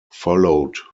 followed